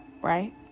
right